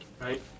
right